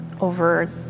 over